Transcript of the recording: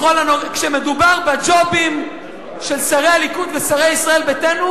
כשמדובר בג'ובים של שרי הליכוד ושרי ישראל ביתנו,